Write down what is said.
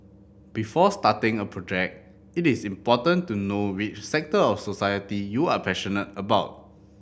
before starting a project it is important to know which sector of society you are passionate about